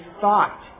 thought